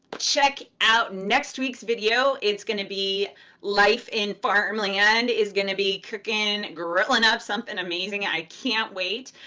check out next week's video. it's gonna be life in farmland is gonna be cooking, grilling up something amazing, i can't wait.